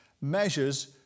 measures